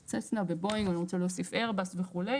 של ססנה ובואינג ואני רוצה להוסיף איירבוס וכו'.